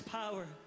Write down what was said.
power